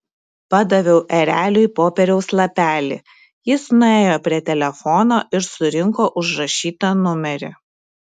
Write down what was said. padaviau ereliui popieriaus lapelį jis nuėjo prie telefono ir surinko užrašytą numerį